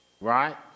right